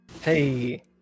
Hey